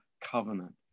covenant